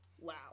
Wow